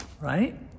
right